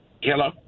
Hello